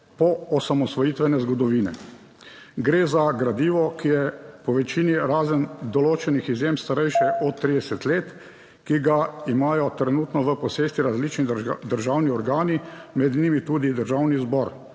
poosamosvojitvene zgodovine. Gre za gradivo, ki je po večini, razen določenih izjem, starejše od 30 let, ki ga imajo trenutno v posesti različni državni organi, med njimi tudi Državni zbor,